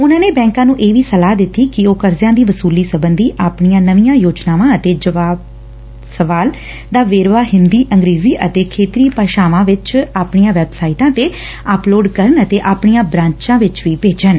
ਉਨਾਂ ਨੇ ਬੈਂਕਾਂ ਨੰ ਇਹ ਵੀ ਸਲਾਹ ਦਿੱਤੀ ਕਿ ਉਹ ਕਰਜ਼ਿਆਂ ਦੀ ਵਸੁਲੀ ਸਬੰਧੀ ਆਪਣੀਆਂ ਨਵੀਆਂ ਯੋਜਨਾਵਾਂ ਅਤੇ ਸਵਾਲ ਜਵਾਬ ਦਾ ਵੇਰਵਾ ਹਿੰਦੀ ਅੰਗਰੇਜੀ ਅਤੇ ਖੇਤਰੀ ਭਾਸ਼ਾਵਾਂ ਵਿਚ ਆਪਣੀਆਂ ਵੈਬਸਾਈਟਾਂ ਤੇ ਅਪਲੋਡ ਕਰਨ ਅਤੇ ਆਪਣੀਆਂ ਬਰਾਂਚਾਂ ਵਿਚ ਵੀ ਭੇਜਣ